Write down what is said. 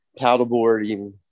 paddleboarding